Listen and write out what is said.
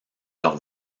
leur